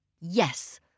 Yes